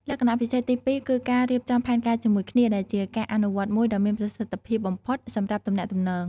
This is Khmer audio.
លក្ខណៈពិសេសទីពីរគឺការរៀបចំផែនការជាមួយគ្នា ដែលជាការអនុវត្តមួយដ៏មានប្រសិទ្ធភាពបំផុតសម្រាប់ទំនាក់ទំនង។